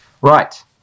right